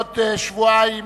בעוד שבועיים,